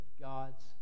God's